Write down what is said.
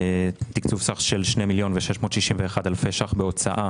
תקצוב סך של 2,661,000 ₪ בהוצאה